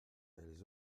elles